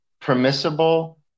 permissible